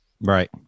right